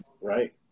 right